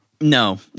No